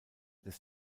des